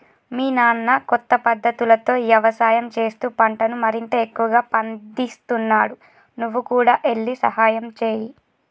మీ నాన్న కొత్త పద్ధతులతో యవసాయం చేస్తూ పంటను మరింత ఎక్కువగా పందిస్తున్నాడు నువ్వు కూడా ఎల్లి సహాయంచేయి